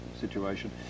situation